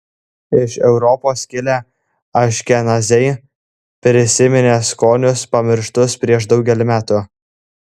iš europos kilę aškenaziai prisiminė skonius pamirštus prieš daugelį metų